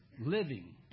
Living